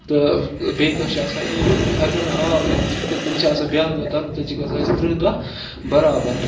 تہٕ بیٚکہِ دۄہ چھِ آسان عیٖد اَگر نہٕ آو کیٚنٛہہ تہٕ تیٚلہِ چھِ آسان بیٛاکھ دۄہ دَرُن تیٚلہِ چھِ گژھان اَسہِ تٕرٛہ دۄہ بَرابَر